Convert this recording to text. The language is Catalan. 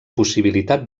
possibilitat